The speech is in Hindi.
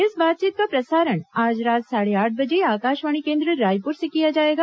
इस बातचीत का प्रसारण आज रात साढ़े आठ बजे आकाशवाणी केन्द्र रायपुर से किया जाएगा